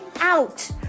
out